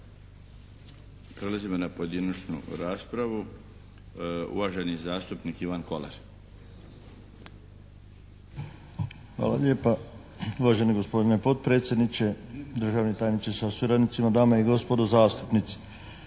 Hvala lijepa uvaženi gospodine potpredsjedniče, državni tajniče sa suradnicima. Dame i gospodo zastupnici.